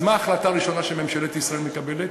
אז מה ההחלטה הראשונה שממשלת ישראל מקבלת?